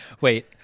Wait